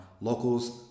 Locals